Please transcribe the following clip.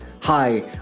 Hi